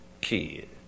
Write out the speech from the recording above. kid